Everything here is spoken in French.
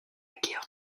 guerre